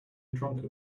drunkard